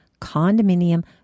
Condominium